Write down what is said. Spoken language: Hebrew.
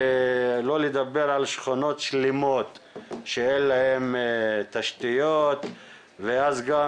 שלא לדבר על שכונות שלמות שאין להן תשתיות ואז גם